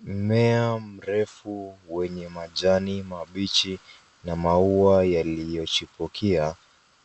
Mmea mrefu wenye majani mabichi na maua yaliyochipukia